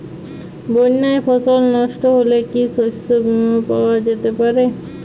বন্যায় ফসল নস্ট হলে কি শস্য বীমা পাওয়া যেতে পারে?